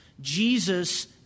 Jesus